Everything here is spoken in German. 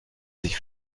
sich